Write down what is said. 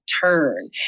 turn